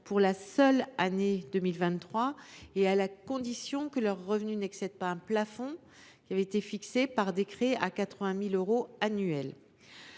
pour la seule année 2023, à la condition que leurs revenus n’excèdent pas un plafond fixé par décret à 80 000 euros annuels.